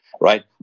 right